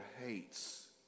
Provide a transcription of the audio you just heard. hates